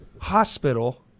hospital